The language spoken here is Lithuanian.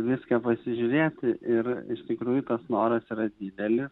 viską pasižiūrėti ir iš tikrųjų tas noras yra didelis